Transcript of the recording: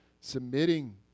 submitting